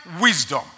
wisdom